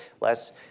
less